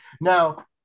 Now